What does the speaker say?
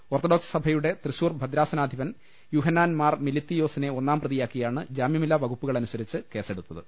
ഓർത്ത ഡോക്സ് സഭയുടെ തൃശൂർ ഭദ്രാസനാധിപൻ യൂഹ്ന്നാൻ മാർ മിലി ത്തിയോസിനെ ഒന്നാം പ്രതിയാക്കിയാണ് ജാമ്യമില്ലാ് വകുപ്പുകള നുസരിച്ച് കേസെടുത്തത്